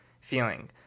feeling